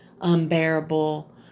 unbearable